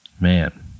Man